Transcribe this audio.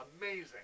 amazing